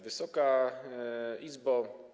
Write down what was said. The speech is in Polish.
Wysoka Izbo!